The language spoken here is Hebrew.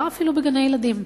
אפילו כבר בגני-הילדים,